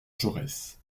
jaurès